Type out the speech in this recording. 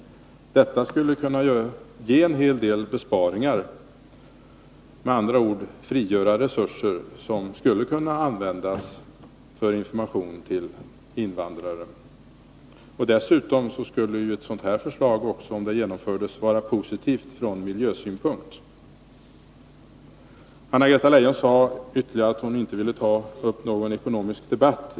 Detta skulle kunna ge en hel del besparingar, med andra ord: frigöra resurser som skulle kunna användas för information till invandrare. Dessutom skulle ett sådant förslag, om det genomfördes, vara positivt från miljösynpunkt. Anna-Greta Leijon sade att hon inte ville ta upp någon ekonomisk debatt.